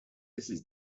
mrs